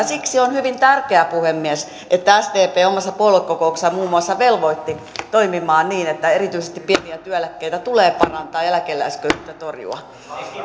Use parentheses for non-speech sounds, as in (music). (unintelligible) siksi on hyvin tärkeää puhemies että sdp omassa puoluekokouksessaan muun muassa velvoitti toimimaan niin että erityisesti pieniä työeläkkeitä tulee parantaa ja eläkeläisköyhyyttä torjua